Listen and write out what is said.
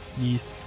Yes